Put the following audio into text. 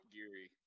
Geary